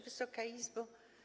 Wysoka Izbo!